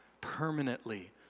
permanently